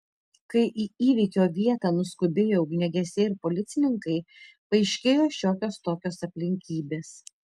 kai į įvykio vietą nuskubėjo ugniagesiai ir policininkai paaiškėjo šiokios tokios aplinkybės